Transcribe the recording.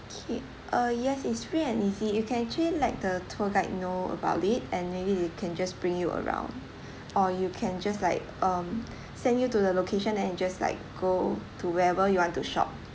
K uh yes is free and easy you can actually let the tour guide know about it and maybe they can just bring you around or you can just like um send you to the location and just like go to wherever you want to shop